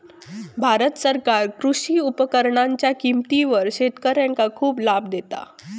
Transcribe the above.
भारत सरकार कृषी उपकरणांच्या किमतीवर शेतकऱ्यांका खूप लाभ देता